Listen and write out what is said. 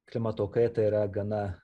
klimato kaitą yra gana